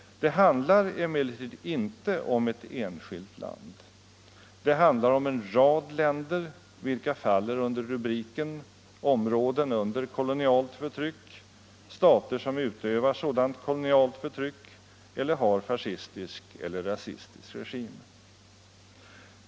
Det handlar emellertid inte om ett enskilt land. Det handlar om en rad länder vilka faller under rubriken Område under kolonialt förtryck, dvs. stater som utövar sådant kolonialt förtryck eller har fascistisk eller rasistisk regim.